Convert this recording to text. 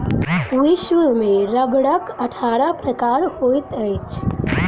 विश्व में रबड़क अट्ठारह प्रकार होइत अछि